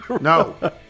no